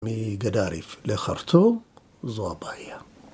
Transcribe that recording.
מגדריף לחרטום, זו הבעיה